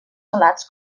salats